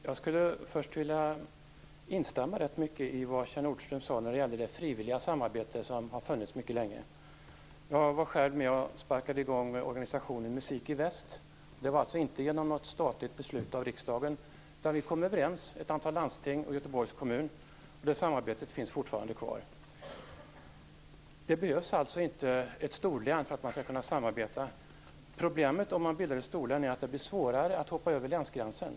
Herr talman! Jag skulle först vilja instämma i mycket av det Kjell Nordström sade när det gäller det frivilliga samarbete som har funnits mycket länge. Jag var själv med och sparkade i gång organisationen Musik i väst. Det skedde inte genom något statligt beslut av riksdagen. Ett antal landsting och Göteborgs kommun kom överens. Samarbetet finns fortfarande kvar. Det behövs alltså inte ett storlän för att man skall kunna samarbeta. Problemet med ett storlän är att det blir svårare att hoppa över länsgränsen.